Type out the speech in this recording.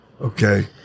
okay